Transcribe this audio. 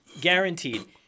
Guaranteed